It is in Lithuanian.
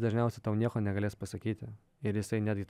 dažniausiai tau nieko negalės pasakyti ir jisai netgi